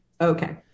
okay